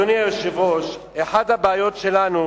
אדוני היושב-ראש, אחת הבעיות שלנו